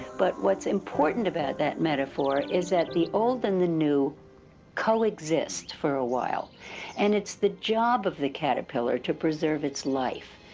but what's important about that metaphor is that the old and the new coexist for a while and it's the job of the caterpillar to preserve its life.